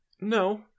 no